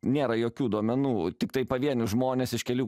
nėra jokių duomenų tiktai pavienius žmones iš kelių